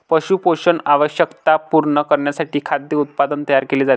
पशु पोषण आवश्यकता पूर्ण करण्यासाठी खाद्य उत्पादन तयार केले जाते